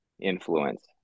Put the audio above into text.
influence